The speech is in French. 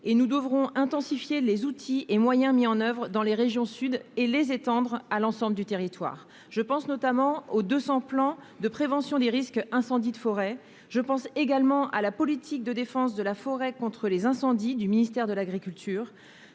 et nous devons intensifier les outils et moyens mis en oeuvre dans les régions du Sud et les étendre à l'ensemble du territoire. Je pense aux 200 plans de prévention des risques d'incendie de forêt, mais également à la politique de défense de la forêt contre les incendies du ministère de l'agriculture.